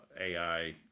AI